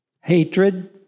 hatred